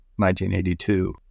1982